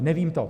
Nevím to.